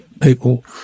people